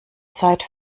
zeit